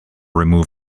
remove